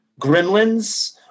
Gremlins